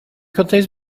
contains